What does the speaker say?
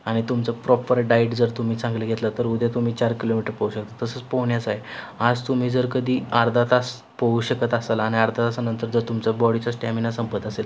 आणि तुमचं proper diet जर तुम्ही चांगलं घेतलं तर उद्या तुम्ही चार किलोमीटर पळू शकता तसंच पोहण्याचं आहे आज तुम्ही जर कधी अर्धा तास पोहू शकत असाल आणि अर्ध्या तासानंतर जर तुमचा बॉडीचा स्टॅमिना संपत असेल